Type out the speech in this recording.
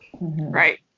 right